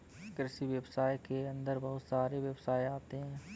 कृषि व्यवसाय के अंदर बहुत सारे व्यवसाय आते है